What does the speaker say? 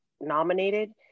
nominated